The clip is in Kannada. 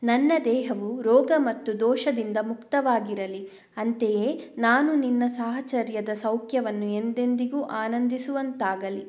ನನ್ನ ದೇಹವು ರೋಗ ಮತ್ತು ದೋಷದಿಂದ ಮುಕ್ತವಾಗಿರಲಿ ಅಂತೆಯೇ ನಾನು ನಿನ್ನ ಸಾಹಚರ್ಯದ ಸೌಖ್ಯವನ್ನು ಎಂದೆಂದಿಗೂ ಆನಂದಿಸುವಂತಾಗಲಿ